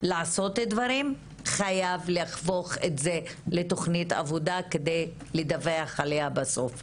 לעשות דברים חייב להפוך את זה לתכנית עבודה כדי לדווח עליה בסוף.